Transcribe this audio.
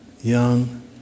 young